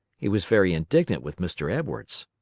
he was very indignant with mr. edwards.